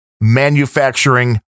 manufacturing